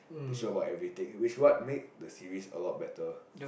they show about everything which what makes the series a lot better